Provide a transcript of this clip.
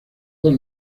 dos